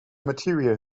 material